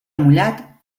mullat